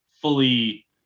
fully